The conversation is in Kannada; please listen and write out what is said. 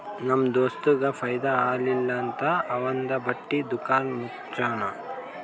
ನಮ್ ದೋಸ್ತಗ್ ಫೈದಾ ಆಲಿಲ್ಲ ಅಂತ್ ಅವಂದು ಬಟ್ಟಿ ದುಕಾನ್ ಮುಚ್ಚನೂ